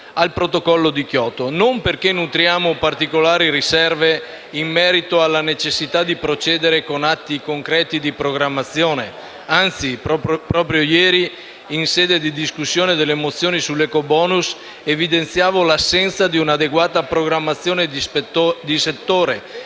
al Protocollo di Kyoto e non perché nutriamo particolari riserve in merito alla necessità di procedere con atti concreti di programmazione. Proprio ieri infatti, in sede di discussione delle mozioni sull'ecobonus, ho evidenziato l'assenza di un'adeguata programmazione di settore,